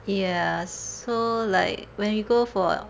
ya so like when you go for